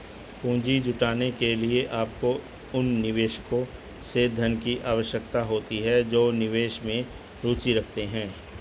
पूंजी जुटाने के लिए, आपको उन निवेशकों से धन की आवश्यकता होती है जो निवेश में रुचि रखते हैं